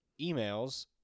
emails